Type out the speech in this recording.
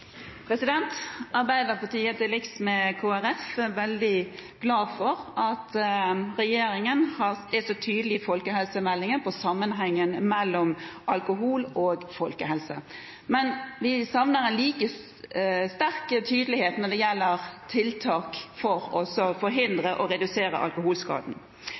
veldig glad for at regjeringen er så tydelig i folkehelsemeldingen på sammenhengen mellom alkohol og folkehelse. Men vi savner en like sterk tydelighet når det gjelder tiltak for å forhindre og redusere